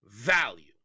value